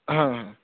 হ্যাঁ হ্যাঁ